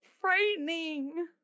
frightening